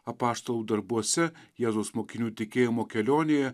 apaštalų darbuose jėzaus mokinių tikėjimo kelionėje